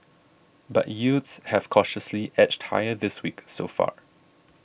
but yields have cautiously edged higher this week so far